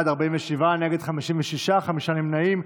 הצבעה.